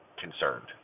concerned